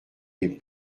des